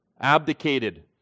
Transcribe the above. abdicated